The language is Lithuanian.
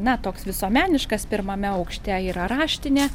na toks visuomeniškas pirmame aukšte yra raštinė